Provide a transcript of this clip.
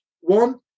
One